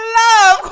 love